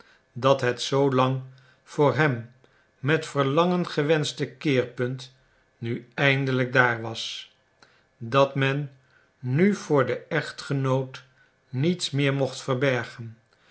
dat het zoo lang door hem met verlangen gewenschte keerpunt nu eindelijk daar was dat men nu voor den echtgenoot niets meer mocht verbergen